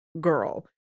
girl